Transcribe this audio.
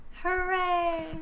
Hooray